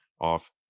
off